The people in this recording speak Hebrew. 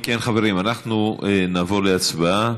אם כן, חברים, אנחנו נעבור להצבעה.